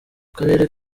karere